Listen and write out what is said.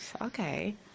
Okay